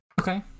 okay